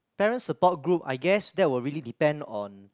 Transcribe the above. parents support group I guess that will really depend on